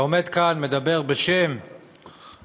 אתה עומד כאן, מדבר בשם המוסר,